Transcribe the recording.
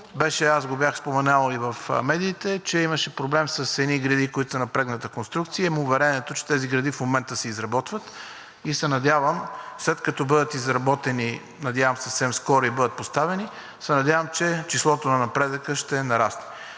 аз го бях споменавал и в медиите – че имаше проблем с едни греди, които са на предната конструкция. Имам уверението, че тези греди в момента се изработват и след като бъдат изработени, надявам се, съвсем скоро, и бъдат поставени, се надявам, че числото на напредъка ще нарасне.